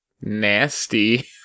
nasty